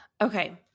Okay